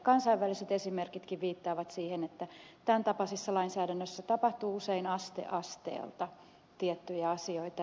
kansainväliset esimerkitkin viittaavat siihen että tämäntapaisessa lainsäädännössä tapahtuu usein aste asteelta tiettyjä asioita